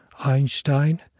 Einstein